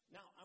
Now